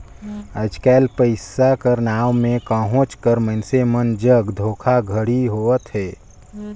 आएज काएल पइसा कर नांव में कहोंच कर मइनसे मन जग धोखाघड़ी होवत अहे